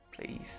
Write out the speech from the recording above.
Please